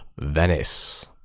Venice